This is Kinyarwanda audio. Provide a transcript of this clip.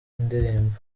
indirimbo